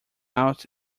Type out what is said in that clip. out